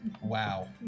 Wow